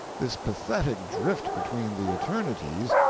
this pathetic drift between the eternities,